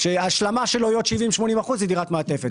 דירה שההשלמה שלה היא עוד 70%-80% היא דירת מעטפת.